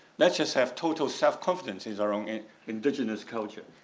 let's just have total self confidence is our own indigenous culture.